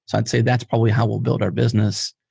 i'd say that's probably how we'll build our business.